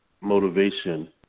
motivation